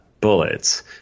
bullets